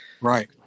right